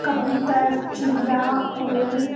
कबूतर चिड़िया कोयल